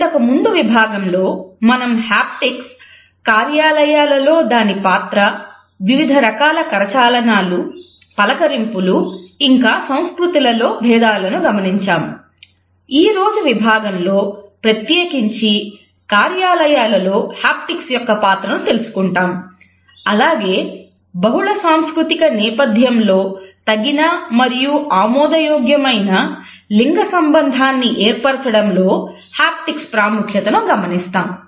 ఇంతకు ముందు విభాగంలో మనం హాప్టిక్స్ ప్రాముఖ్యతను గమనిస్తాము